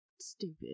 stupid